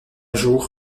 jour